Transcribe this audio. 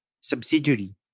subsidiary